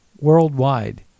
worldwide